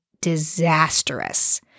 disastrous